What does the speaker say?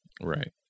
right